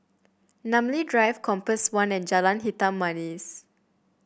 Namly Drive Compass One and Jalan Hitam Manis